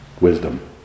wisdom